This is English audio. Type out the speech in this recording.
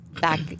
back